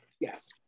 Yes